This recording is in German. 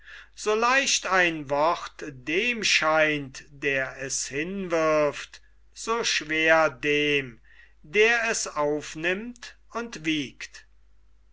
so leicht ein wort dem scheint der es hinwirft so schwer dem der es aufnimmt und wiegt